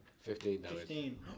Fifteen